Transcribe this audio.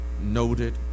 noted